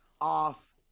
off